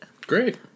Great